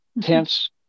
tense